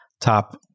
top